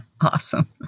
Awesome